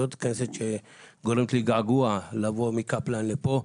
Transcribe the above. זו הכנסת שגורמת לי געגוע לבוא מקפלן לפה.